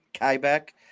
Quebec